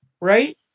right